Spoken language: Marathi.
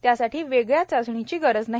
त्यासाठी वेगळ्या चाचणीची गरज नाही